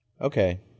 Okay